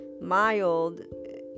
mild